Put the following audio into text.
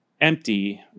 empty